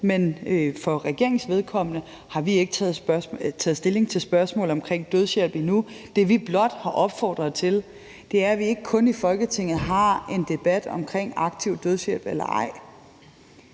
Men for regeringens vedkommende har vi ikke taget stilling til spørgsmålet om dødshjælp endnu. Det, vi blot har opfordret til, er, at vi ikke kun i Folketinget har en debat om aktiv dødshjælp eller ej,